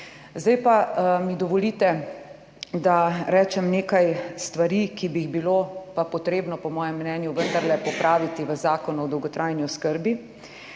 Zdaj pa mi dovolite, da rečem nekaj stvari, ki bi jih bilo pa potrebno po mojem mnenju vendarle popraviti v Zakonu o dolgotrajni oskrbi.